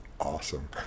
awesome